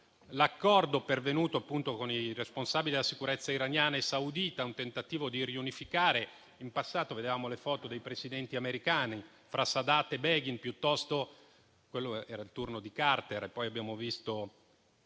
l'accordo raggiunto con i responsabili della sicurezza iraniana e saudita: un tentativo di riunificare. In passato vedevamo le foto dei Presidenti americani fra Sadat e Begin (quello era il turno di Carter). Poi abbiamo visto,